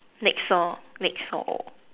next or next or